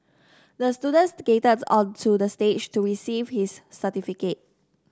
the student skated onto the stage to receive his certificate